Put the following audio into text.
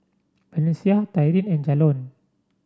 Valencia Tyrin and Jalon